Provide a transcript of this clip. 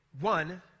one